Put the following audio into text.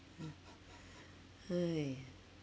yeah !haiya!